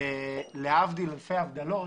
להבדיל אלפי הבדלות,